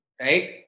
right